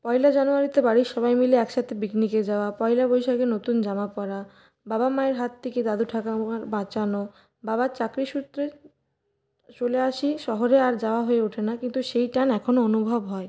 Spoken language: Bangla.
পয়লা জানুয়ারিতে বাড়ির সবাই মিলে একসাথে পিকনিকে যাওয়া পয়লা বৈশাখে নতুন জামা পরা বাবা মায়ের হাত থেকে দাদু ঠাকুমার বাঁচানো বাবার চাকরিসূত্রে চলে আসি শহরে আর যাওয়া হয়ে ওঠে না কিন্তু সেই টান এখনও অনুভব হয়